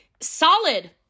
solid